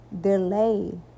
delay